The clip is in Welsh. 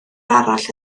arall